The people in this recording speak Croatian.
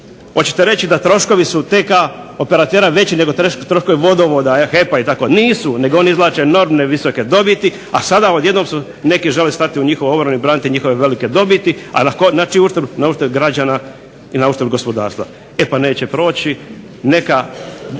Hoćete reći da troškovi su TK operatera veći nego troškovi Vodovoda, HEP-a itd. Nisu, nego oni izvlače enormne visoke dobiti, a sada odjednom su neki žele stati u njihovu obranu i braniti njihove velike dobiti. A na čiji uštrb? Na uštrb građana i na uštrb gospodarstva. E pa neće proći! Neka